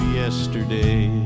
yesterday